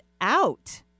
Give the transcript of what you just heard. out